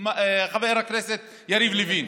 חבר הכנסת יריב לוין.